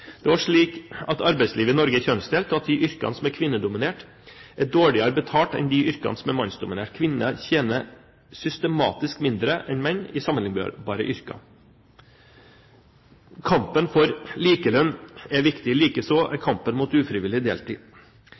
Det er også slik at arbeidslivet i Norge er kjønnsdelt, og at de yrkene som er kvinnedominert, er dårligere betalt enn de yrkene som er mannsdominert. Kvinner tjener systematisk mindre enn menn i sammenlignbare yrker. Kampen for likelønn er viktig, likeså kampen mot ufrivillig deltid.